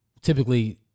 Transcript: Typically